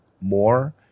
more